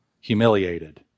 humiliated